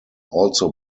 also